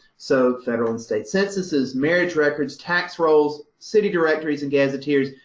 so federal and state censuses, marriage records, tax rolls, city directories and gazetteers,